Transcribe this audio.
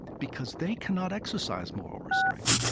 because they cannot exercise moral restraint,